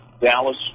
Dallas